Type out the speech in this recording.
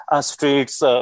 streets